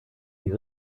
die